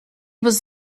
was